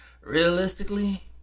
realistically